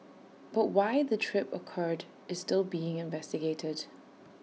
but why the trip occurred is still being investigated